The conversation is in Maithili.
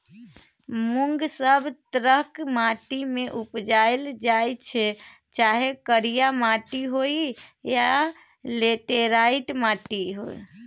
मुँग सब तरहक माटि मे उपजाएल जाइ छै चाहे करिया माटि होइ या लेटेराइट माटि